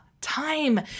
time